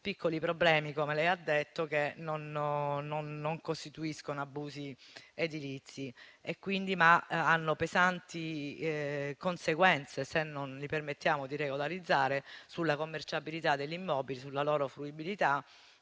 piccoli problemi - come lei, signor Ministro, ha detto - che non costituiscono abusi edilizi, ma hanno pesanti conseguenze se non permettiamo di regolarizzare sulla commerciabilità dell'immobile, sulla loro fruibilità